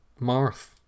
Marth